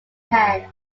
hand